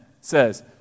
says